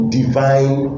divine